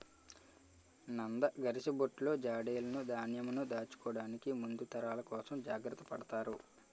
నంద, గరిసబుట్టలు, జాడీలును ధాన్యంను దాచుకోవడానికి ముందు తరాల కోసం జాగ్రత్త పడతారు